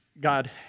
God